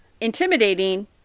intimidating